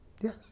yes